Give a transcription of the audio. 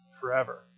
forever